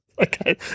Okay